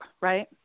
Right